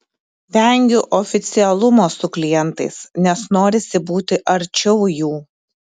vengiu oficialumo su klientais nes norisi būti arčiau jų